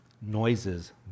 noises